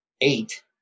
eight